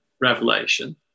Revelation